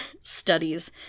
studies